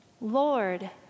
Lord